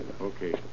Okay